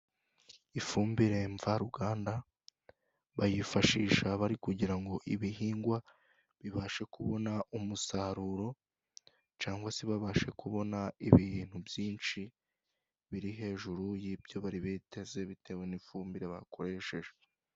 Ifumbire mvaruganda bayifashisha bari kugira ngo ibihingwa bibashe kubona umusaruro cyangwa se babashe kubona ibintu byinshi biri hejuru y'ibyo bari biteze bitewe n'ifumbire bakoresheje.